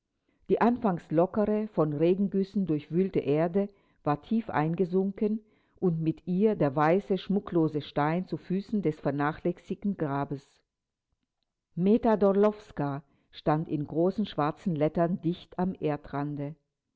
die anfangs lockere von regengüssen durchwühlte erde war tief eingesunken und mit ihr der weiße schmucklose stein zu füßen des vernachlässigten grabes meta d'orlowska stand in großen schwarzen lettern dicht am